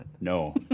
No